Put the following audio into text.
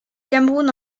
cameroun